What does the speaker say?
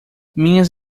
minhas